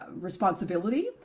responsibility